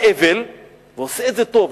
בא הבל ועושה את זה טוב,